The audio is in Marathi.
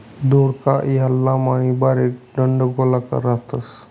दौडका या लांब आणि बारीक दंडगोलाकार राहतस